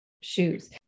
shoes